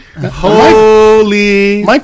Holy